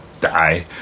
die